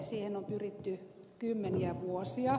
siihen on pyritty kymmeniä vuosia